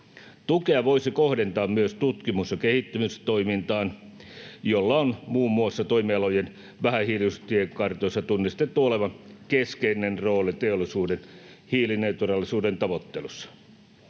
Tukea voisi kohdentaa myös tutkimus- ja kehittämistoimintaan, jolla on tunnistettu olevan muun muassa toimialojen vähähiilisyystiekartoissa keskeinen rooli teollisuuden hiilineutraalisuuden tavoittelussa.